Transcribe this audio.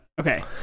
Okay